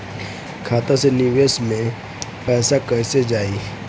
खाता से विदेश मे पैसा कईसे जाई?